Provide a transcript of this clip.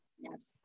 yes